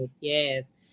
Yes